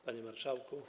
Panie Marszałku!